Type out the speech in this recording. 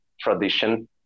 tradition